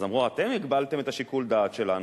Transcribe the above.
אז אמרו: אתם הגבלתם את שיקול הדעת שלנו,